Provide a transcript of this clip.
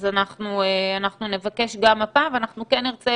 אז אנחנו נבקש גם הפעם ואנחנו כן נרצה